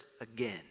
again